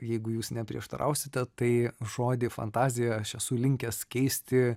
jeigu jūs neprieštarausite tai žodį fantazija aš esu linkęs keisti